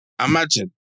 Imagine